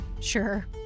Sure